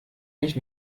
mich